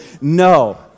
No